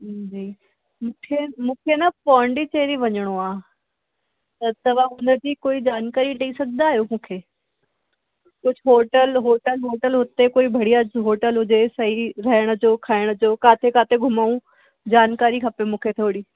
जी मूंखे मूंखे न पोंडीचेरी वञिणो आहे त तव्हां उन जी कोई जानकारी ॾेई सघंदा आहियो मूंखे कुझु होटल होटल वोटल हुते कोई बढ़िया होटल हुजे सही रहण जो खाइण जो किथे किथे घुमूं जानकारी खपे मूंखे थोरी